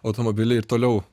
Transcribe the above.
automobiliai ir toliau